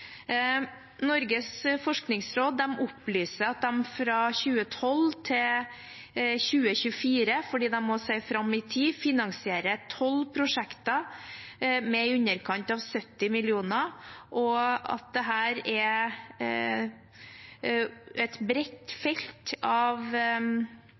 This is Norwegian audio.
Norges forskningsråd opplyser at de fra 2012 til 2024, fordi de også ser fram i tid, finansierer 12 prosjekter med i underkant av 70 mill. kr, og at dette er et bredt